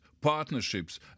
partnerships